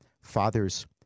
father's